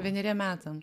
vieneriem metam